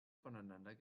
voneinander